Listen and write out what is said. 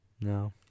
No